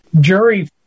jury